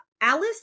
Alice